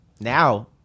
Now